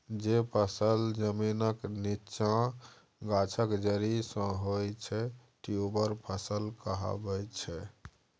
जे फसल जमीनक नीच्चाँ गाछक जरि सँ होइ छै ट्युबर फसल कहाबै छै